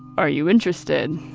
are you interested?